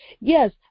Yes